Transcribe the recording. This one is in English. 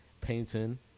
painting